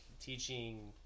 teaching